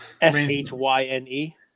S-H-Y-N-E